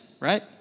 Right